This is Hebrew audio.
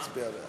יצביע בעד.